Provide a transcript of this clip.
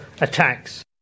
attacks